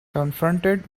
confronted